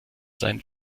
sein